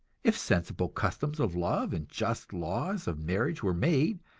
if sensible customs of love and just laws of marriage were made,